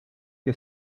que